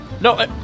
No